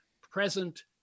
present